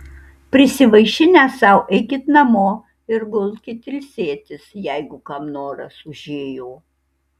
prisivaišinę sau eikit namo ir gulkit ilsėtis jeigu kam noras užėjo